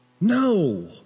No